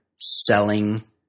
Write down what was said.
selling